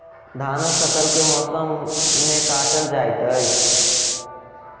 धानक फसल केँ मौसम मे काटल जाइत अछि?